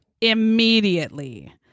immediately